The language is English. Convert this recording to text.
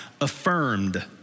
affirmed